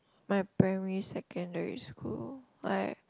my primary secondary school I